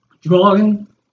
drawing